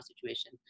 situation